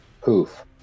Poof